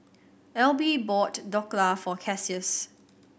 Elby bought Dhokla for Cassius